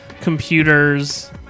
computers